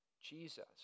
Jesus